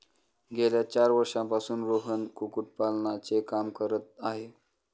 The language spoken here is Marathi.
गेल्या चार वर्षांपासून रोहन कुक्कुटपालनाचे काम करत आहे